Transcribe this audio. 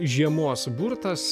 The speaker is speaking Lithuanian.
žiemos burtas